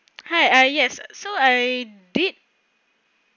hi ah yes so I did